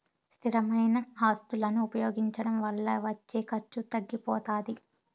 స్థిరమైన ఆస్తులను ఉపయోగించడం వల్ల వచ్చే ఖర్చు తగ్గిపోతాది